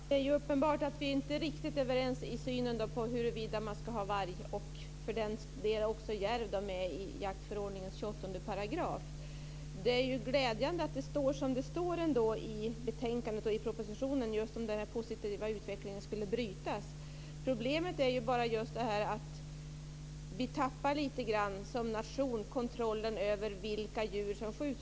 Fru talman! Det är uppenbart att vi inte är riktigt överens när det gäller synen på huruvida man ska ha varg och för den delen även järv med i jaktförordningens 28 §. Det är ju glädjande att det ändå står som det står i betänkandet och i propositionen om den positiva utvecklingen skulle brytas. Problemet är ju att vi som nation lite grann tappar kontrollen över vilka djur som skjuts.